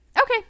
Okay